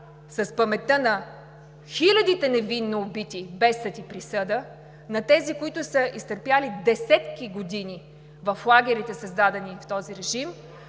с паметта на хилядите невинно убити без съд и присъда, на тези, които са изтърпели десетки години в лагерите, създадени от този режим.